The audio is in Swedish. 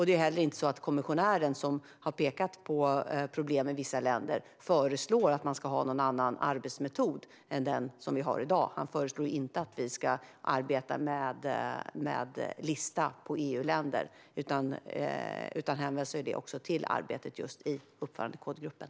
Det är heller inte så att kommissionären som har pekat på problem med vissa länder föreslår att man ska ha någon annan arbetsmetod än den vi har i dag. Han föreslår inte att vi ska arbeta med en lista på EU-länder utan hänvisar till arbetet i uppförandekodgruppen.